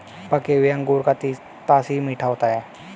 पके हुए अंगूर का तासीर मीठा होता है